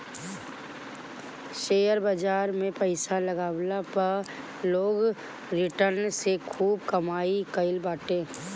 share बाजार में पईसा लगवला पअ लोग रिटर्न से खूब कमाई कईले बाटे